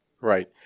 right